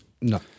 No